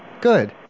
Good